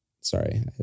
sorry